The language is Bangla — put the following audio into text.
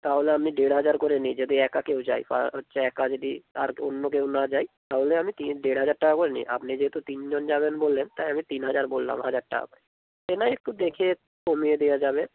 তাহলে আমি দেড় হাজার করে নিই যদি একা কেউ যায় বা হচ্ছে একা যদি আর কে অন্য কেউ না যায় তাহলে আমি তিন দেড় হাজার টাকা করে নিই আপনি যেহেতু তিনজন যাবেন বললেন তাই আমি তিন হাজার বললাম হাজার টাকা করে সে নাহয় একটু দেখে কমিয়ে দেওয়া যাবে